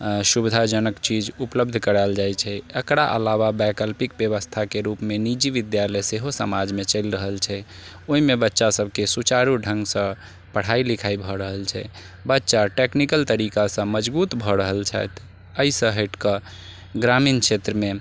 आ सुविधाजनक चीज उपलब्ध करायल जाइत छै एकरा अलावा वैकल्पिक व्यवस्थाके रूपमे निजी विद्यालय सेहो समाजमे चलि रहल छै ओहिमे बच्चा सभकेँ सुचारू ढङ्गसँ पढ़ाइ लिखाइ भऽ रहल छै बच्चा टेक्निकल तरीकासँ मजबूत भऽ रहल छथि एहिसँ हटि कऽ ग्रामीण क्षेत्रमे